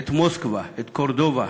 את מוסקבה, את קורדובה,